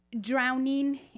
drowning